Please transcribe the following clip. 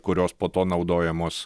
kurios po to naudojamos